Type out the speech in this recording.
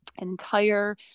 entire